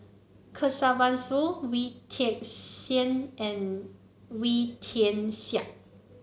Kesavan Soon Wee Tian Siak and Wee Tian Siak